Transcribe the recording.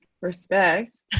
Respect